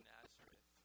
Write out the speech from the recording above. Nazareth